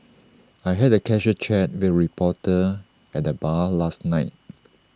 I had A casual chat with A reporter at the bar last night